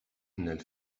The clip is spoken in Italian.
nel